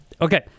Okay